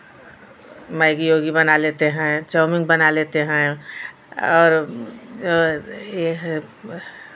Maggi उगी बना लेते हैं चाउमीन बना लेते हैं और ये है